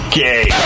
gay